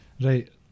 Right